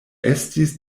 estis